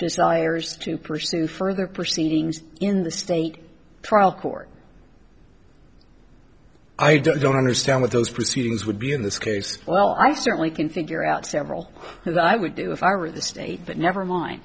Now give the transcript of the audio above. desires to pursue further proceedings in the state trial court i don't understand what those proceedings would be in this case well i certainly can figure out several that i would do if i were the state but never mind